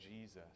Jesus